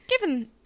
given